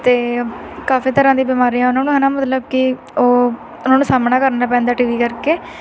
ਅਤੇ ਕਾਫੀ ਤਰ੍ਹਾਂ ਦੀ ਬਿਮਾਰੀਆਂ ਉਹਨਾਂ ਨੂੰ ਹਨਾ ਮਤਲਬ ਕਿ ਉਹ ਉਹਨਾਂ ਨੂੰ ਸਾਹਮਣਾ ਕਰਨਾ ਪੈਂਦਾ ਟੀਵੀ ਕਰਕੇ